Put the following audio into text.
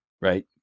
right